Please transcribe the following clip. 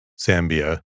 Zambia